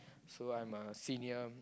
so I'm a senior